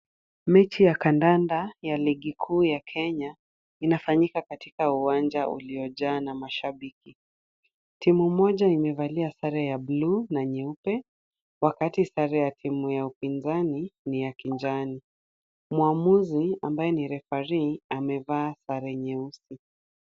Mechi ya kandanda ya ligi kuu ya Kenya inafanyika katika uwanja uliojaa na mashabiki. Timu moja imevalia sare ya buluu na nyeupe wakati sare ya timu ya upinzani ni ya kijani. Mwamuzi ambaye ni referee amavaa sare nyeusi.